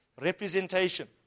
representation